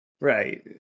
right